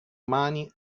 umani